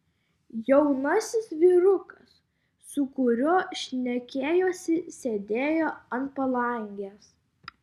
jaunasis vyrukas su kuriuo šnekėjosi sėdėjo ant palangės